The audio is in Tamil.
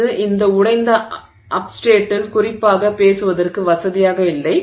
இது இந்த உடைந்த அப்ஸ்டேட்டில் குறிப்பாக பேசுவதற்கு வசதியாக இல்லை